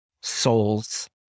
souls